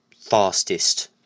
fastest